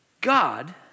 God